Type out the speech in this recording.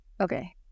Okay